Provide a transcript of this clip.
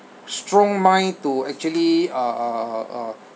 strong mind to actually uh uh uh uh